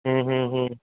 ਹੂੰ ਹੂੰ ਹੂੰ